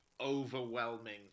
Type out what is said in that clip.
overwhelming